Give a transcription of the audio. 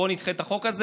בואו נדחה את החוק הזה.